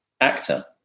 actor